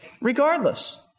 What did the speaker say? regardless